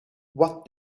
what